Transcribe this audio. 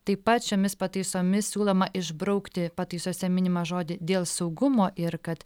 taip pat šiomis pataisomis siūloma išbraukti pataisose minimą žodį dėl saugumo ir kad